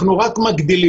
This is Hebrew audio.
אנחנו רק מגדילים.